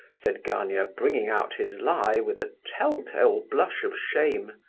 said gania, bringing out his lie with a tell-tale blush of shame.